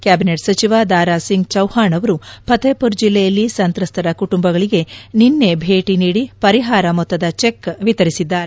cabinet ಸಚಿವ ದಾರಾ ಸಿಂಗ್ ಚೌಹಾಣ್ ಅವರು ಫತೇಫುರ್ ಜಿಲ್ಲೆಯಲ್ಲಿ ಸಂತ್ರಸ್ತರ ಕುಟುಂಬಗಳಿಗೆ ನಿನ್ನೆ ಭೇಟಿ ನೀದಿ ಪರಿಹಾರ ಮೊತ್ತದ ಚೆಕ್ ವಿತರಿಸಿದ್ದಾರೆ